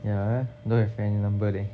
yeah leh don't have any number leh